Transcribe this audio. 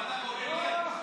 ואתה קורא לי אנטישמי.